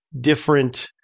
different